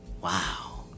Wow